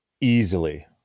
Easily